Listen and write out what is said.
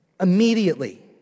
immediately